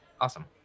Awesome